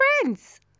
friends